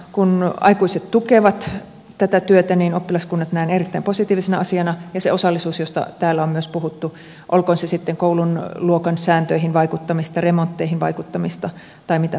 kun aikuiset tukevat tätä työtä niin oppilaskunnat näen erittäin positiivisena asiana ja sen osallisuuden josta täällä on myös puhuttu olkoon se sitten koulun luokan sääntöihin vaikuttamista remontteihin vaikuttamista tai mitä tahansa